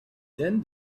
din